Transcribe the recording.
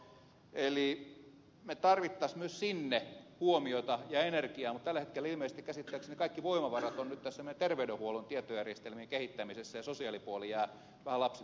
eli me tarvitsisimme myös sinne huomiota ja energiaa mutta tällä hetkellä ilmeisesti käsittääkseni kaikki voimavarat ovat nyt tässä meidän terveydenhuoltomme tietojärjestelmien kehittämisessä ja sosiaalipuoli jää vähän lapsipuolen asemaan